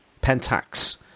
pentax